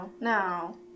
no